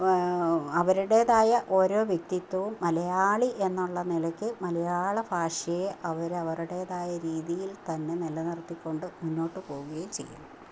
അവരുടേതായ ഓരോ വ്യക്തിത്വവും മലയാളി എന്നുള്ള നിലയ്ക്ക് മലയാളഭാഷയെ അവരവരുടേതായ രീതിയിൽത്തന്നെ നിലനിർത്തിക്കൊണ്ട് മുന്നോട്ടു പോകുകയും ചെയ്യും